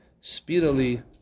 speedily